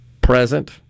present